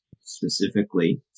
specifically